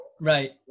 Right